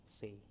say